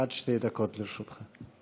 עד שתי דקות לרשותך.